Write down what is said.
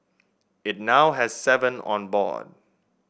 it now has seven on board